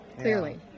clearly